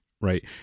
Right